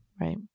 right